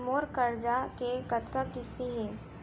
मोर करजा के कतका किस्ती हे?